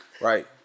right